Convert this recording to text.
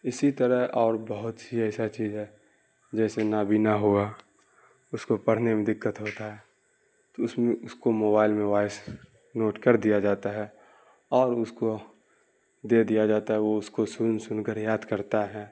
اسی طرح اور بہت سی ایسا چیز ہے جیسے نابینا ہوا اس کو پڑھنے میں دقت ہوتا ہے تو اس میں اس کو موبائل میں وائس نوٹ کر دیا جاتا ہے اور اس کو دے دیا جاتا ہے وہ اس کو سن سن کر یاد کرتا ہے